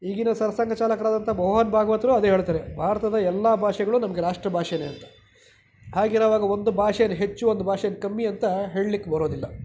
ಈಗಿನ ಸರ್ಸಂಘ ಚಾಲಕರಾದಂಥ ಮೋಹನ್ ಭಾಗವತರು ಅದೇ ಹೇಳ್ತಾರೆ ಭಾರತದ ಎಲ್ಲ ಭಾಷೆಗಳು ನಮ್ಗೆ ರಾಷ್ಟ್ರ ಭಾಷೆನೇ ಅಂತ ಹಾಗಿರುವಾಗ ಒಂದು ಭಾಷೇನ ಹೆಚ್ಚು ಒಂದು ಭಾಷೇನ ಕಮ್ಮಿ ಅಂತ ಹೇಳ್ಲಿಕ್ಕೆ ಬರೋದಿಲ್ಲ